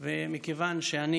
ומכיוון שאני